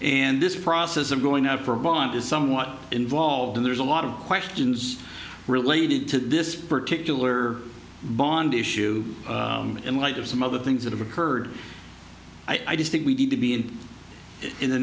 and this process of going out for a bond is somewhat involved in there's a lot of questions related to this particular bond issue in light of some other things that have occurred i just think we need to be in in the